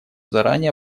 заранее